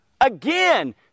Again